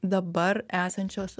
dabar esančios